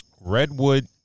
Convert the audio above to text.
Redwood